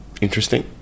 Interesting